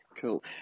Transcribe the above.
Cool